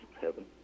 heaven